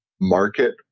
market